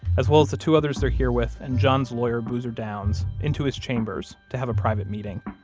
as well as the two others they're here with, and john's lawyer, boozer downs, into his chambers to have a private meeting.